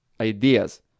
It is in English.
ideas